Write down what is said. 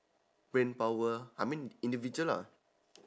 brain power I mean individual lah